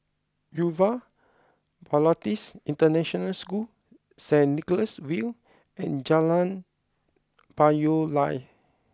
Yuva Bharatis International School Saint Nicholas View and Jalan Payoh Lai